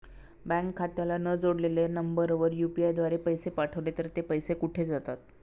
Bank खात्याला न जोडलेल्या नंबरवर यु.पी.आय द्वारे पैसे पाठवले तर ते पैसे कुठे जातात?